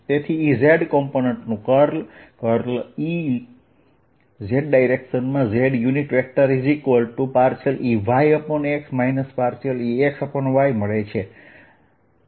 તેથી Ez કમ્પોનન્ટનું curl E| z z EY∂X EX∂y મળે છે